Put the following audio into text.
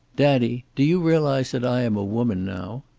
daddy, do you realize that i am a woman now?